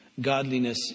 godliness